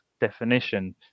definition